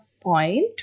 point